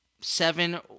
Seven